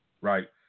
right